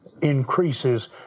increases